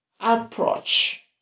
approach